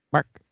Mark